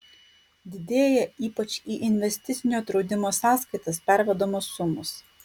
didėja ypač į investicinio draudimo sąskaitas pervedamos sumos